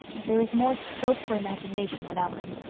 but there is more scope for imagination without them.